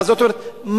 זאת אומרת,